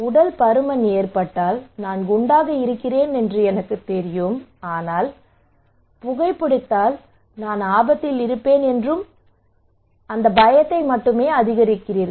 உடல் பருமன் ஏற்பட்டால் நான் குண்டாக இருக்கிறேன் என்று எனக்குத் தெரியும் ஆனால் நீங்கள் புகைபிடித்தால் நான் ஆபத்தில் இருப்பேன் என்ற பயத்தை மட்டுமே அதிகரிக்கிறீர்கள்